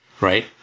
right